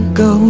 go